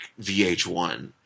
VH1